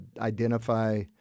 identify